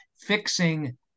fixing